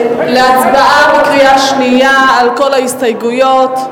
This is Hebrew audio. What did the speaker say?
אנחנו עוברים להצבעה בקריאה שנייה על כל ההסתייגויות,